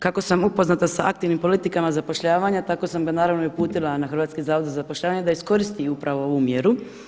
Kako sam upoznata sa aktivnim politikama zapošljavanja tako sam ga naravno i uputila na Hrvatski zavod za zapošljavanje da iskoriste ovu mjeru.